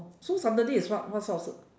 so saturday is what what sort of se~